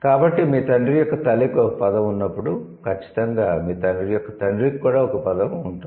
కాబట్టి మీ తండ్రి యొక్క 'తల్లి'కి ఒక పదం ఉన్నప్పుడు ఖచ్చితంగా మీ తండ్రి యొక్క 'తండ్రి'కి కూడా ఒక పదం ఉంటుంది